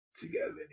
together